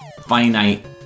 finite